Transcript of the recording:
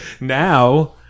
now